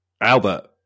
Albert